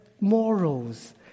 morals